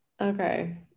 Okay